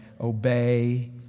obey